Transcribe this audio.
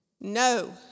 No